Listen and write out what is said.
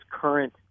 current